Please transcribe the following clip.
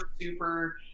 super